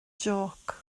jôc